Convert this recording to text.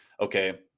okay